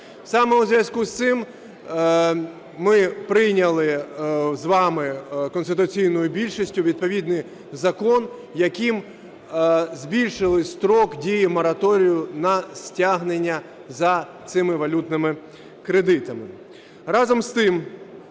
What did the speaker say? Саме у зв'язку з цим ми прийняли з вами конституційною більшістю відповідний закон, яким збільшили строк дії мораторію на стягнення за цими валютними кредитами.